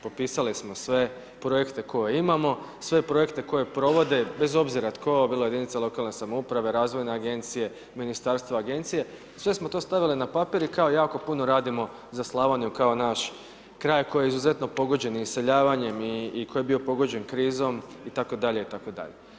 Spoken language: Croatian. Popisali smo sve projekte koje imamo, sve projekte koje provode, bez obzira tko, bila jedinica lokalne samouprave, razvojne agencije, ministarstva, agencije, sve smo to stavili na papir i kao jako puno radimo za Slavoniju kao naš kraj koji je izuzetno pogođen iseljavanjem i koji je bio pogođen krizom itd., itd.